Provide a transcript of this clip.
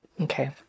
Okay